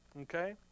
Okay